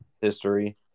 history